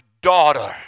daughter